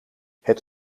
het